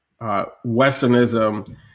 Westernism